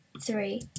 three